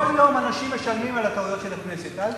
כל יום אנשים משלמים על הטעויות של הכנסת.